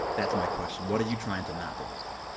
that's my question what are you trying to not believe.